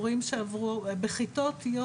בכיתות י',